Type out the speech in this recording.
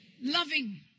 Loving